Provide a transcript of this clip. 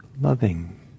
loving